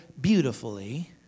beautifully